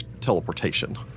teleportation